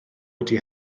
wedi